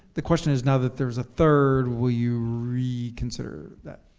the question is not that there's a third, will you reconsider that?